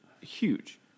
huge